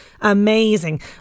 amazing